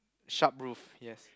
sharp booth yes